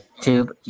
Tube